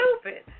stupid